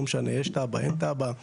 לא משנה אם יש תב"ע או אין תב"ע.